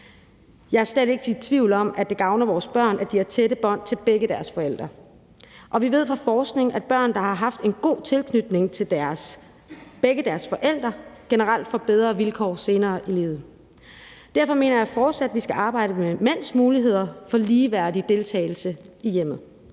Jeg er slet ikke i tvivl om, at det gavner vores børn, at de har tætte bånd til begge deres forældre, og vi ved fra forskning, at børn, der har haft en god tilknytning til begge deres forældre, generelt får bedre vilkår senere i livet. Derfor mener jeg, at vi fortsat skal arbejde med mænds muligheder for ligeværdig deltagelse i hjemmet.